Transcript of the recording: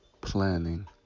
Planning